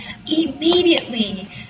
immediately